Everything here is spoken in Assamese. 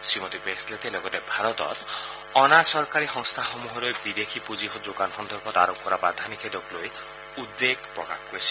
শ্ৰীমতী বেচেলেটে লগতে ভাৰতত অনা চৰকাৰী সংস্থাসমূহলৈ বিদেশী পুঁজি যোগান সন্দৰ্ভত আৰোপ কৰা বাধা নিষেধক লৈ উদ্বেগ প্ৰকাশ কৰিছে